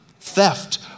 Theft